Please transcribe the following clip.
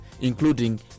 including